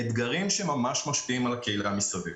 אתגרים שממש משפיעים על הקהילה מסביב.